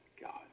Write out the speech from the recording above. God